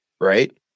right